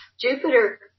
Jupiter